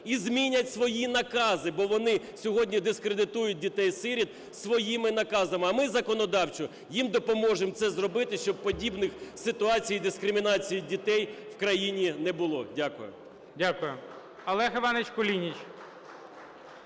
і змінять свої накази, бо вони сьогодні дискредитують дітей-сиріт своїми наказами. А ми законодавчо їм допоможемо це зробити, щоб подібних ситуацій дискримінації дітей в країні не було. Дякую. ГОЛОВУЮЧИЙ. Дякую. Олег Іванович Кулініч.